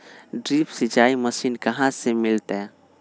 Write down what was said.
Drip सिंचाई machine कहाँ से मिलतै?